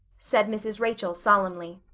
said mrs. rachel solemnly.